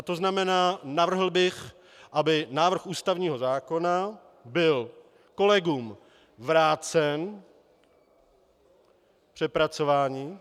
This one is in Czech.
To znamená, navrhl bych, aby návrh ústavního zákona byl kolegům vrácen k přepracování.